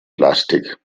plastik